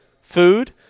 food